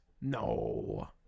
No